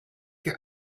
your